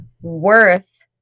worth